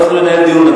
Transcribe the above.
אנחנו לא ננהל דיון,